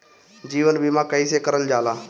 जीवन बीमा कईसे करल जाला?